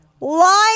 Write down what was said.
Lying